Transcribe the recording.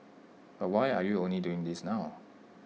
but why are you only doing this now